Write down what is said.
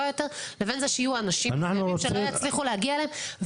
יותר לבין זה שיהיו אנשים מסוימים שלא יצליחו להגיע אליהם,